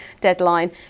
deadline